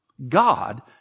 God